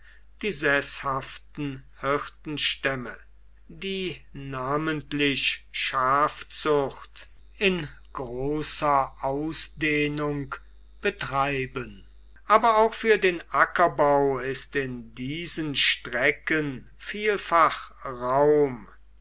die seßhaften hirtenstämme die namentlich schafzucht in großer ausdehnung betreiben aber auch für den ackerbau ist in diesen strecken vielfach raum